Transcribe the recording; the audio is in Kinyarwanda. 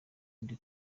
ndi